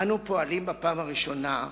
אנו פועלים בפעם הראשונה,